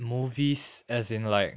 movies as in like